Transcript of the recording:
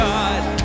God